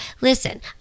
Listen